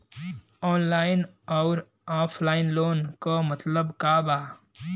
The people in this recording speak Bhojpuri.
ऑनलाइन अउर ऑफलाइन लोन क मतलब का बा?